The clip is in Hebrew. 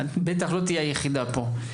בטח לא תהיי היחידה פה.